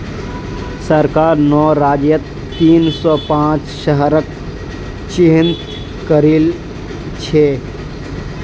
सरकार नौ राज्यत तीन सौ पांच शहरक चिह्नित करिल छे